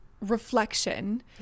reflection